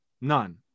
None